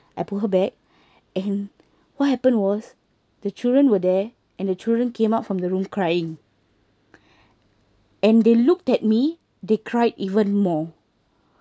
I pull her back and what happened was the children were there and the children came out from the room crying and they looked at me they cried even more